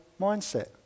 mindset